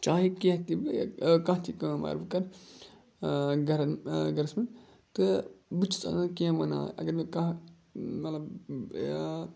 چاہے کینٛہہ تہِ کانٛہہ تہِ کٲم آ بہٕ کَرٕ گَرَن تہٕ بہٕ چھُس اَنان کینٛہہ وَنان اگر مےٚ کانٛہہ ملب